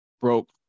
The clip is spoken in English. broke